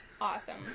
Awesome